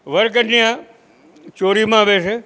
વરકન્યા ચોરીમાં બેસે